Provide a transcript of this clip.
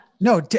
no